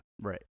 right